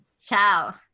Ciao